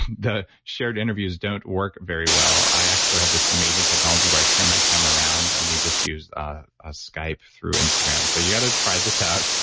the shared interviews don't work very well. i actually have this amazing technology where i turn my camera around and we just use a skype through instagram. so you got to try this out.